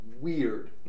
weird